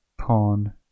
Pawn